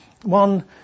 One